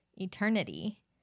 eternity